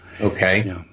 Okay